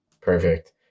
Perfect